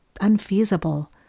unfeasible